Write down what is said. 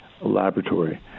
Laboratory